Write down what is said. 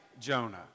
Jonah